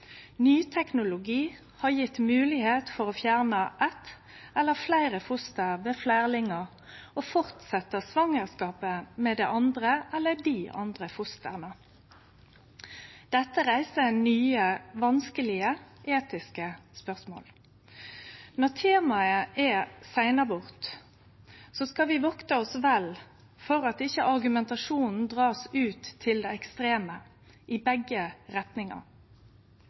Ny teknologi har gitt moglegheit for å fjerne eitt eller fleire foster ved fleirlingar og fortsetje svangerskapet med det andre fosteret eller dei andre fostera. Dette reiser nye, vanskelege etiske spørsmål. Når temaet er seinabort, skal vi akte oss vel for at ikkje argumentasjonen blir drege ut til det ekstreme – i begge